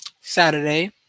Saturday